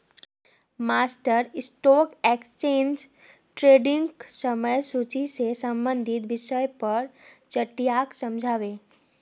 master stock exchange ट्रेडिंगक समय सूची से संबंधित विषय पर चट्टीयाक समझा बे